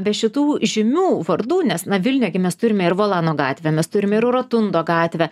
be šitų žymių vardų nes na vilniuje gi mes turime ir volano gatvę mes turime ir rotundo gatvę